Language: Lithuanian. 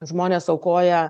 žmonės aukoja